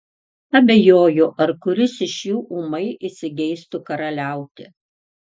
abejoju ar kuris iš jų ūmai įsigeistų karaliauti